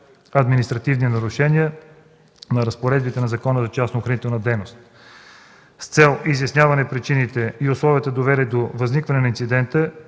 административни нарушения на разпоредбите на Закона за частната охранителна дейност. С цел изясняване причините и условията, довели до възникване на инцидента,